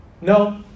No